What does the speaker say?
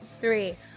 three